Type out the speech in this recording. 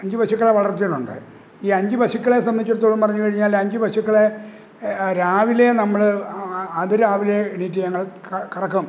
അഞ്ച് പശുക്കളെ വളർത്തിയിട്ടുണ്ട് ഈ അഞ്ച് പശുക്കളെ സംബന്ധിച്ചിടത്തോളം പറഞ്ഞുകഴിഞ്ഞാൽ അഞ്ച് പശുക്കളെ രാവിലെ നമ്മള് അതിരാവിലെ എണീറ്റ് ഞങ്ങള് ക കറക്കും